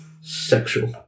sexual